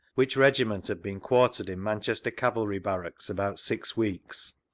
which regiment had been quar tered in manchester cavalry barracks about six weeks.